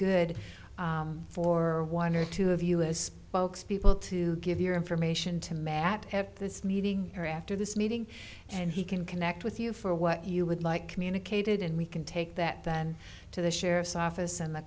good for one or two of us spokespeople to give your information to matt have this meeting or after this meeting and he can connect with you for what you would like communicated and we can take that then to the sheriff's office and the